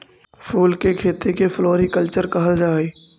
फूल के खेती के फ्लोरीकल्चर कहल जा हई